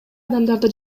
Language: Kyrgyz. адамдарды